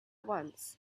once